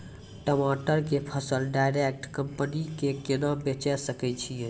टमाटर के फसल डायरेक्ट कंपनी के केना बेचे सकय छियै?